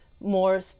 more